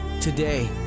Today